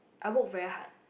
I work very hard